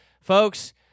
Folks